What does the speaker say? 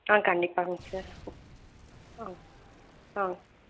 ஆ கண்டிப்பாங்க சார் ஆ ஆ